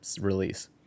release